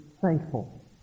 thankful